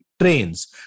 trains